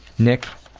nick,